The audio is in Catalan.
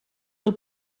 del